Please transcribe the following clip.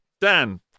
Dan